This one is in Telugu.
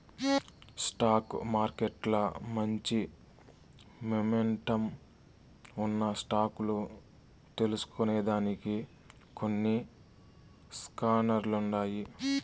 స్టాక్ మార్కెట్ల మంచి మొమెంటమ్ ఉన్న స్టాక్ లు తెల్సుకొనేదానికి కొన్ని స్కానర్లుండాయి